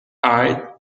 eyed